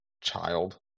child